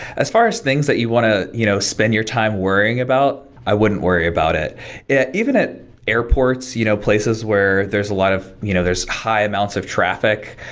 as far as things that you want to you know spend your time worrying about, i wouldn't worry about it it even at airports, you know places where there's a lot of you know there's high amounts of traffic,